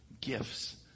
gifts